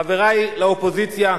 חברי לאופוזיציה,